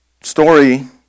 story